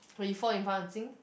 when you fall in front of Jing